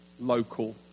local